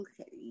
Okay